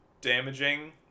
damaging